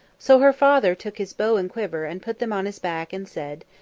so her father took his bow and quiver and put them on his back and said,